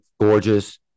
gorgeous